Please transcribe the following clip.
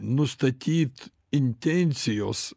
nustatyt intencijos